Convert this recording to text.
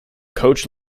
coach